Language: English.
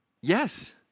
Yes